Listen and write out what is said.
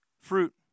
Fruit